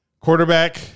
Quarterback